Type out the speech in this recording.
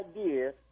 idea